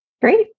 Great